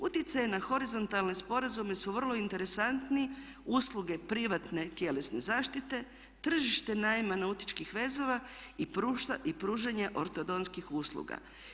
Utjecaji na horizontalne sporazume su vrlo interesantni, usluge privatne i tjelesne zaštite, tržište najma nautičkih vezova i pružanje ortodontskih usluga.